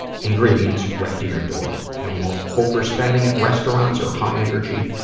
ingredients right to your door. no more overspending at restaurants or high-energy,